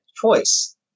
choice